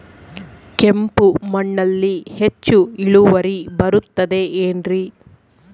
ಕೆಂಪು ಮಣ್ಣಲ್ಲಿ ಹೆಚ್ಚು ಇಳುವರಿ ಬರುತ್ತದೆ ಏನ್ರಿ?